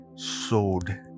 sowed